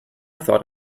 thought